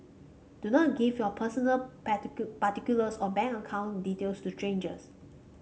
do not give your personal particulars or bank account details to strangers